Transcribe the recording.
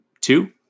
Two